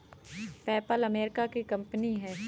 PayPal America की company है